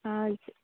हजुर